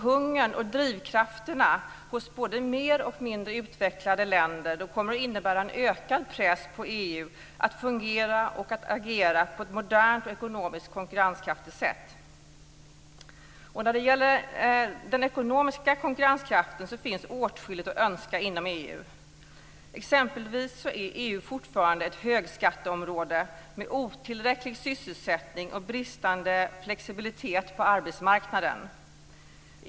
Hungern och drivkrafterna hos både mer och mindre utvecklade länder kommer att innebära en ökad press på EU att fungera och agera på ett modernt och ekonomiskt konkurrenskraftigt sätt. När det gäller den ekonomiska konkurrenskraften finns åtskilligt att önska inom EU. Exempelvis är EU fortfarande ett högskatteområde med otillräcklig sysselsättning och bristande flexibilitet på arbetsmarknaden.